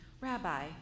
Rabbi